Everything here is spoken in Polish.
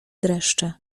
dreszcze